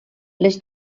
les